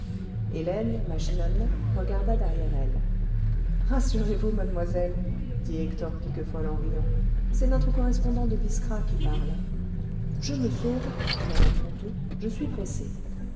hélène machinalement regarda derrière elle ce rassurez-vous mademoiselle dit hector piquefol en riant c'est notre correspondant de biskra qui parle je me sauve dit mme ponto je suis pressée